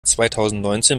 zweitausendneunzehn